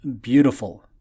beautiful